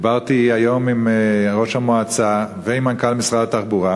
דיברתי היום עם ראש המועצה ועם מנכ"ל משרד התחבורה,